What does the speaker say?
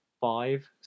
five